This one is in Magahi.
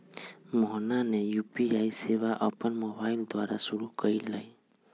मोहना ने यू.पी.आई सेवा अपन मोबाइल द्वारा शुरू कई लय